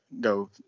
go